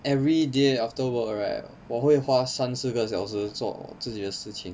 every day after work right 我会花三四个小时做自己的事情